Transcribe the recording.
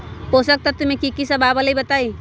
पोषक तत्व म की सब आबलई बताई?